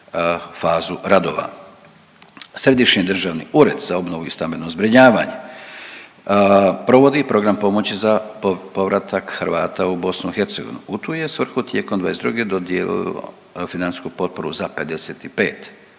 fazu radova. Središnji državni ured za obnovu i stambeno zbrinjavanje provodi program pomoći za povratak Hrvata u BiH. U tu je svrhu tijekom '22. dodijelilo financijsku potporu za 55